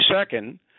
second